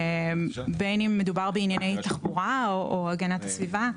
בין אם מדובר בענייני תחבורה או הגנת הסביבה.